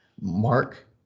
mark